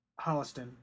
Holliston